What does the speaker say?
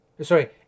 Sorry